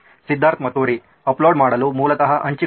Siddharth Maturi upload ಮಾಡಲು ಮೂಲತಃ ಹಂಚಿಕೊಳ್ಳಿ